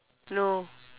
no